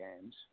games